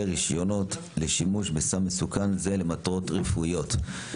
רישיונות לשימוש בסם מסוכן זה למטרות רפואיות.